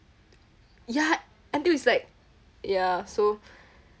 ya until it's like ya so